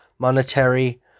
monetary